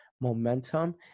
momentum